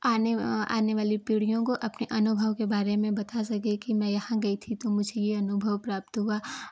आने आने वाली पीढ़ियों को अपने अनुभव के बारे में बता सके कि मैं यहाँ गई थी तो मुझे ये अनुभव प्राप्त हुआ